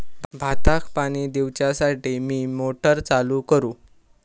भाताक पाणी दिवच्यासाठी मी मोटर चालू करू?